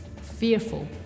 Fearful